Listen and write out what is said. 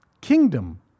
Kingdom